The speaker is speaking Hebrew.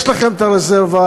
יש לכם רזרבה,